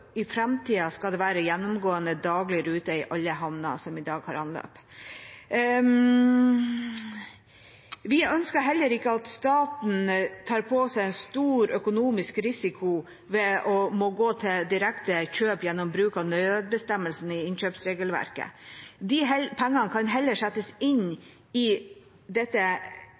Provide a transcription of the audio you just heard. i framtiden skal være gjennomgående daglig rute i alle havner som i dag har anløp. Vi ønsker heller ikke at staten tar på seg en stor økonomisk risiko ved å måtte gå til direkte kjøp gjennom bruk av nødbestemmelsen i innkjøpsregelverket. Disse pengene kan heller settes inn i